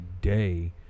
day